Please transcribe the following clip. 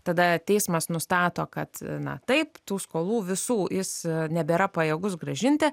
tada teismas nustato kad na taip tų skolų visų jis nebėra pajėgus grąžinti